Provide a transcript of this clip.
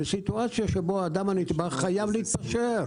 בסיטואציה שבה האדם הנתבע חייב להתפשר,